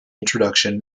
introduction